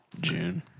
June